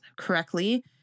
correctly